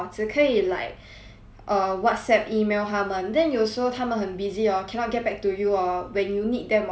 err Whatsapp email 他们 then 有时候他们很 busy orh cannot get back to you orh when you need them orh it's like 很 pek chek sia